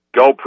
go